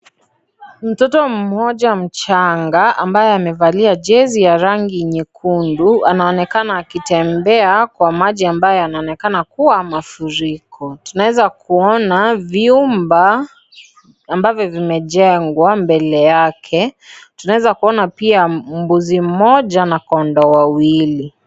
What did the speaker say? Mtoto mmoja mchanga ambaye amevalia jezi ya rangi nyekundu, anaonekana akitembea kwa maji ambayo yanaonekana kuwa mafuriko. Tunaweza kuona vyumba ambavyo vimejengwa mbele yake, tunaweza kuona pia mbuzi mmoja na kondoo wawili.